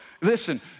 Listen